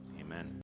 Amen